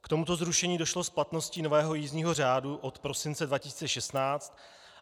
K tomuto zrušení došlo s platností nového jízdního řádu od prosince 2016,